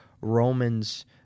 Romans